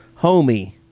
homie